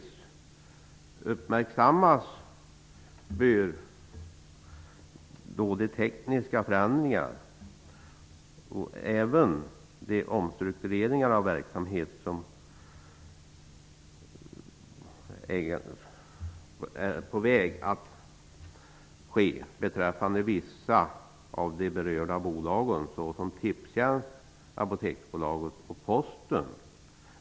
Härvid får uppmärksammas inte bara de tekniska förändringarna, utan även de omstruktureringar av verksamhet som håller på att ske när det gäller vissa av de berörda bolagen, såsom Tipstjänst, Apoteksbolaget och Posten.